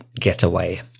getaway